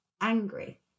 angry